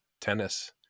tennis